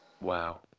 Wow